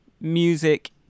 music